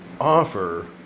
offer